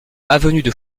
avenue